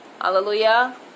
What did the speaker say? Hallelujah